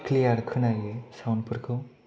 clear खोनायो साउन्दफोरखौ